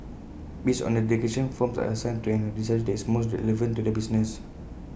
based on their declarations firms are assigned to an industry that is most relevant to their business